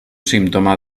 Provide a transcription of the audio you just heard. símptoma